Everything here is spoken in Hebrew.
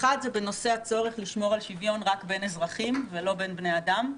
נושא הצורך לשמור על שוויון רק בין אזרחים ולא בין בני אדם.